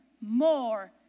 more